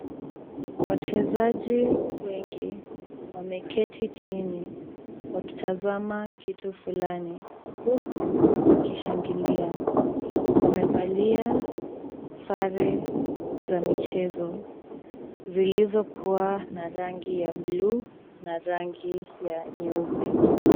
Wachezaji wengi wameketi chini wakitazama kitu fulani huku wakishangilia. Wamevalia sare za michezo zilizokuwa na rangi ya bluu na rangi ya nyeupe.